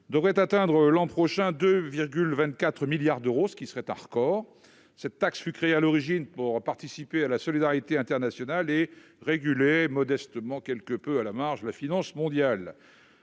devrait atteindre l'an prochain de 24 milliards d'euros, ce qui serait un record cette taxe fut créé à l'origine pour participer à la solidarité internationale et réguler modestement quelque peu à la marge la finance mondiale